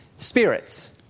Spirits